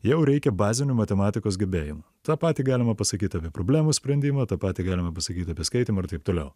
jau reikia bazinių matematikos gebėjimų tą patį galima pasakyt apie problemų sprendimą tą patį galima pasakyt apie skaitymą ir taip toliau